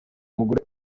umugore